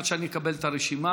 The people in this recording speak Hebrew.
עד שאני אקבל את הרשימה.